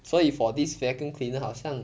所以 for this vacuum cleaner 好像